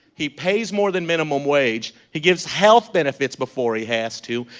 he pays more than minimum wage. he gives health benefits before he has to.